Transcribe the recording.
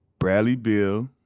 bradley beal,